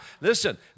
listen